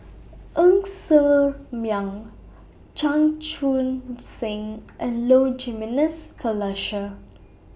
Ng Ser Miang Chan Chun Sing and Low Jimenez Felicia